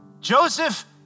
Joseph